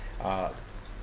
uh